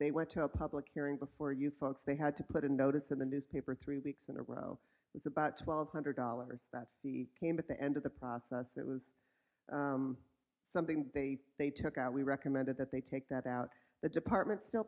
they went to a public hearing before you folks they had to put in notice in the newspaper three weeks in a row was about twelve hundred dollars that he came at the end of the process that was something they they took out we recommended that they take that out the department still